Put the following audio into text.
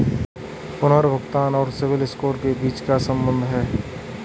पुनर्भुगतान और CIBIL score के बीच क्या संबंध है?